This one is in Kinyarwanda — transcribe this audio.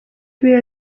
biro